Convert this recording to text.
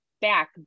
back